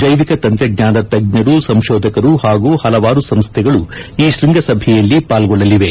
ಜೈವಿಕ ತಂತ್ರಜ್ಞಾನದ ತಜ್ಞರು ಸಂಶೋಧಕರು ಹಾಗೂ ಹಲವಾರು ಸಂಸ್ಥೆಗಳು ಈ ಶೃಂಗಸಭೆಯಲ್ಲಿ ಪಾಲ್ಗೊಳ್ಳಲಿವೆ